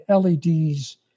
LEDs